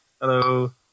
Hello